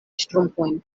ŝtrumpojn